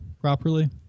properly